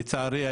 לצערי,